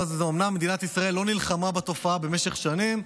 אומנם מדינת ישראל לא נלחמה בתופעה במשך שנים,